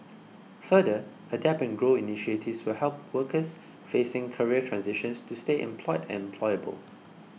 further adapt and grow initiatives will help workers facing career transitions to stay employed and employable